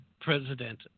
President